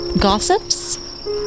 gossips